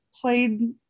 played